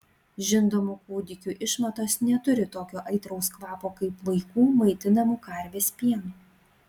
žindomų kūdikių išmatos neturi tokio aitraus kvapo kaip vaikų maitinamų karvės pienu